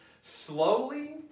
slowly